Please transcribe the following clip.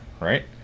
right